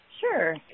Sure